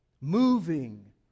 moving